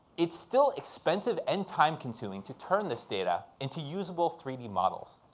it's still expensive and time consuming to turn this data into usable three d models.